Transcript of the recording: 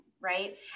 right